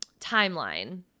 timeline